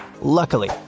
Luckily